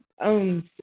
owns